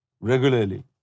regularly